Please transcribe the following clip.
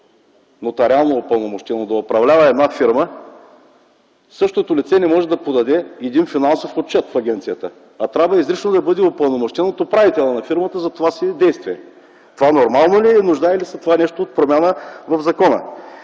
нотариално упълномощено, да управлява една фирма, а същото лице да не може да подаде един финансов отчет в агенцията, а трябва изрично да бъде упълномощено от управителя на формата за това си действие? Това нормално ли е? Нуждае ли се това нещо от промяна в закона?